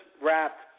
wrapped